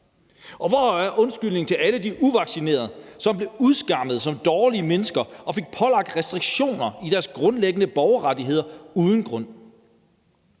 Hvor er undskyldningen til alle de uvaccinerede, som blev udskammet som dårlige mennesker og fik pålagt restriktioner i deres grundlæggende borgerrettigheder uden grund?